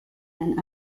and